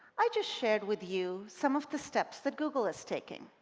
i just shared with you some of the steps that google is taking.